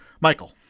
Michael